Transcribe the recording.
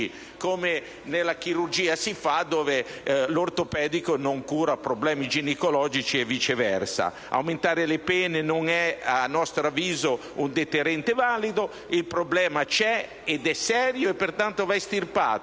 come si fa in chirurgia, in cui un ortopedico non cura problemi ginecologici e viceversa. Aumentare le pene non è, a mio avviso, un deterrente valido. Il problema c'è, è serio e pertanto va estirpato.